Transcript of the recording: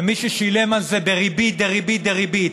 ומי ששילם על זה בריבית דריבית דריבית,